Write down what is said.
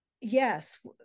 yes